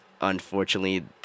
unfortunately